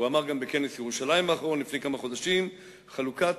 הוא גם אמר בכנס ירושלים לפני כמה חודשים: חלוקת